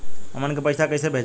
हमन के पईसा कइसे भेजल जाला?